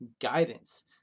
guidance